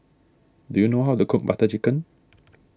do you know how to cook Butter Chicken